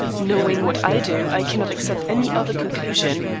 knowing what i do, i cannot accept any other conclusion.